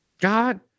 God